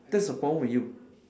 that's the problem with you